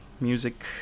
music